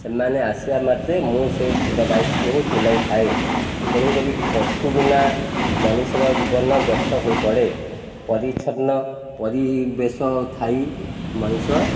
ସେମାନେ ଆସିବା ମାତ୍ରେ ମୁଁ ସେ ଦାୟିତ୍ୱକୁ ତୁଲାଇ ଥାଏ ତେଣୁକରି ପଶୁ ବିନା ମଣିଷର ଜୀବନ ବ୍ୟର୍ଥ ହୋଇପଡ଼େ ପରିଚ୍ଛନ୍ନ ପରିବେଶ ଥାଇ ମଣିଷ